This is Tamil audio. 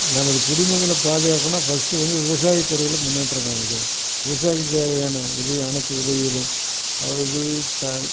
நமது குடும்பங்களை பாதுகாக்கணுனால் ஃபர்ஸ்டு வந்து விவசாய துறையில் முன்னேற்றம் காமிக்கணும் விவசாயத்துக்கு தேவையான உதவி அனைத்து உதவிகளும் அதாவது